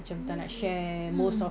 maybe mm